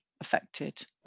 Affected